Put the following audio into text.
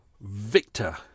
victor